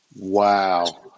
Wow